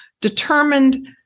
determined